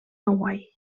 hawaii